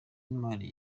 w’imari